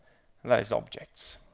that is objects.